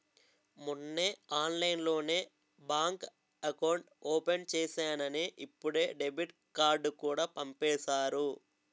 మొన్నే ఆన్లైన్లోనే bank account open చేసేసానని ఇప్పుడే డెబిట్ కార్డుకూడా పంపేసారు